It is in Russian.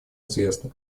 известно